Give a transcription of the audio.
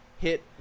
hit